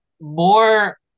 more